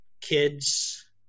kids